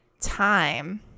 time